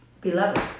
Beloved